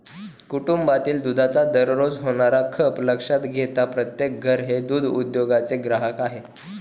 कुटुंबातील दुधाचा दररोज होणारा खप लक्षात घेता प्रत्येक घर हे दूध उद्योगाचे ग्राहक आहे